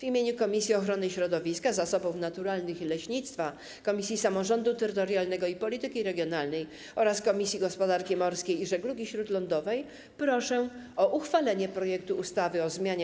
W imieniu Komisji Ochrony Środowiska, Zasobów Naturalnych i Leśnictwa, Komisji Samorządu Terytorialnego i Polityki Regionalnej oraz Komisji Gospodarki Morskiej i Żeglugi Śródlądowej proszę o uchwalenie projektu ustawy o zmianie